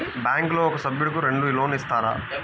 బ్యాంకులో ఒక సభ్యుడకు రెండు లోన్లు ఇస్తారా?